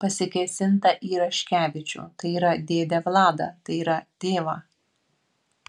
pasikėsinta į raškevičių tai yra dėdę vladą tai yra tėvą